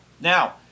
Now